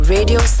Radio